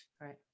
Right